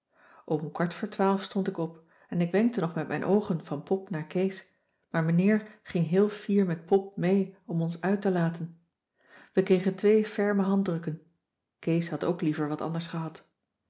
om kwart voor twaalf stond ik op en ik wenkte nog met mijn oogen van pop naar kees maar meneer ging heel fier met pop mee om ons uit te laten we kregen twee ferme handdrukken kees had ook liever wat anders gehad